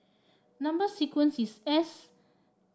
number sequence is S